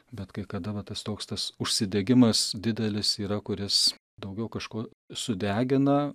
bet kai kada va tas toks tas užsidegimas didelis yra kuris daugiau kažko sudegina